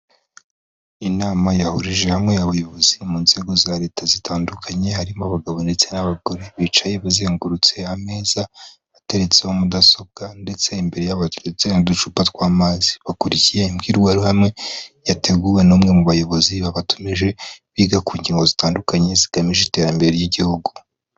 Inama yahurije hamwe abayobozi mu nzego za leta zitandukanye, harimo abagabo ndetse n'abagore, bicaye bazengurutse ameza bateretseho mudasobwa ndetse imbere y'abo hateretse n'uducupa tw'amazi, bakurikiye imbwirwaruhame yateguwe n'umwe mu bayobozi babatumije, biga ku ngingo zitandukanye zigamije iterambere ry'igihugu.